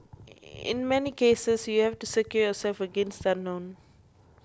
in many cases you have to secure yourself against the unknown